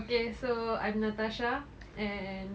okay so I'm natasha and